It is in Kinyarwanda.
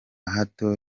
hato